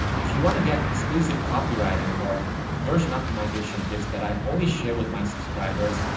if you want to get exclusive copyrighting or conversion optimization tips that i only share with my subscribers,